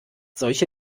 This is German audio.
solche